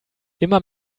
immer